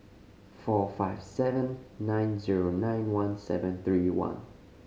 four five seven nine zero nine one seven three one